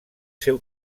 seu